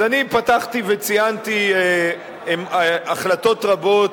אז אני פתחתי וציינתי החלטות רבות